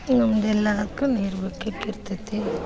ನಮ್ಗೆ ಎಲ್ಲದಕ್ಕೂ ನೀರು ಬೇಕಾಗ್ತಿರ್ತೈತಿ